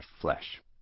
flesh